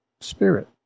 spirit